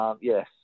yes